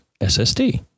SSD